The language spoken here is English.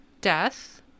death